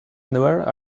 anywhere